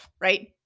right